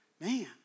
Man